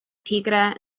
tigra